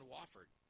Wofford